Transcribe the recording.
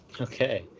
Okay